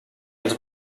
els